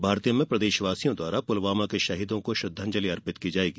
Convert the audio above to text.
भारतीयम में प्रदेशवासियों द्वारा पुलवामा के शहीदों को श्रद्धांजलि अर्पित की जायेगी